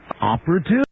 operative